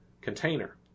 container